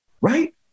Right